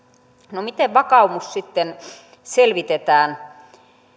no miten vakaumus sitten selvitetään